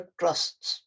trusts